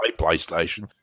PlayStation